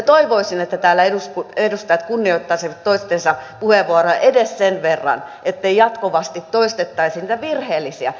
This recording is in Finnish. toivoisin että täällä edustajat kunnioittaisivat toistensa puheenvuoroja edes sen verran ettei jatkuvasti toistettaisi niitä virheellisiä kohtia